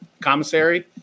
commissary